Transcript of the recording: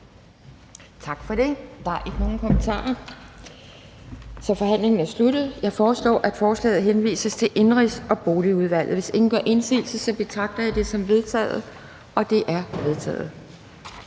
Tak for det. Der er ikke flere, der har bedt om ordet, og forhandlingen er sluttet. Jeg foreslår, at lovforslaget henvises til Transportudvalget. Hvis ingen gør indsigelse, betragter jeg det som vedtaget. Det er vedtaget.